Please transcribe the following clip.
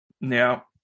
Now